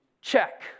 check